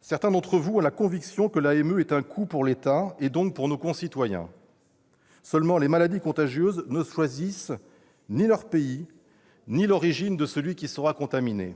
certains d'entre vous ont la conviction que l'AME est un coût pour l'État et, donc, pour nos concitoyens. Seulement, les maladies contagieuses ne choisissent ni leur pays ni l'origine de celui qui sera contaminé.